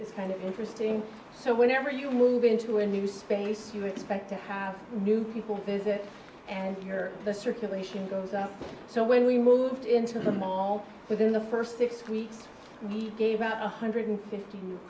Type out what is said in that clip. it's kind of interesting so whenever you move into a new space you expect to have new people visit and here the circulation goes up so when we moved into the more within the first six weeks we gave out one hundred fifty